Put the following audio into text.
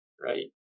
right